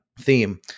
theme